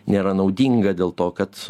nėra naudinga dėl to kad